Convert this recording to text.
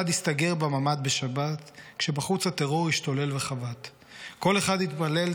הסתגר בממד בשבת / כשבחוץ הטרור השתולל וחבט / כל אחד התפלל,